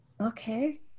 okay